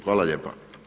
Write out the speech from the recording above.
Hvala lijepa.